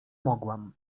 mogłam